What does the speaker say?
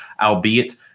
albeit